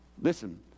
Listen